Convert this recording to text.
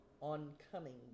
oncoming